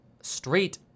Street